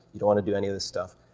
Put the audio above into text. you don't wanna do any of this stuff,